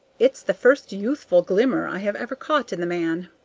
it's the first youthful glimmer i have ever caught in the man.